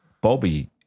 Bobby